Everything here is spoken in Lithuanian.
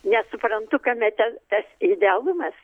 nesuprantu kame ten tas idealumas